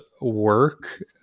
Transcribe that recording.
work